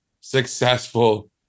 successful